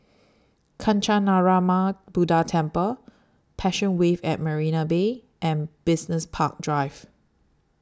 Kancanarama Buddha Temple Passion Wave At Marina Bay and Business Park Drive